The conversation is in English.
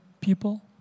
people